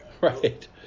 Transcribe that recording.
right